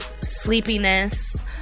Sleepiness